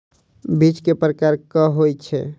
बीज केँ प्रकार कऽ होइ छै?